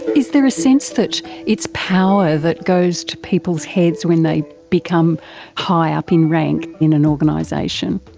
is there a sense that it's power that goes to people's heads when they become high up in rank in an organisation?